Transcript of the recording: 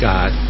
God